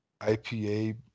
IPA